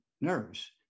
nerves